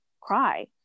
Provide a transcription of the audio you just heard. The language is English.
cry